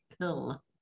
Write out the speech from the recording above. pill